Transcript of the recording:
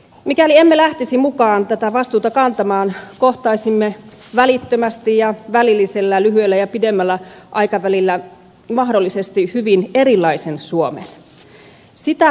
mikäli emme lähtisi mukaan tätä vastuuta kantamaan kohtaisimme välittömästi ja välillisesti lyhyellä ja pidemmällä aikavälillä mahdollisesti hyvin erilaisen suomen